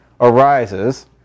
arises